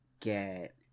get